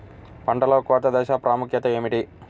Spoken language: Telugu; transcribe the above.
పంటలో కోత దశ ప్రాముఖ్యత ఏమిటి?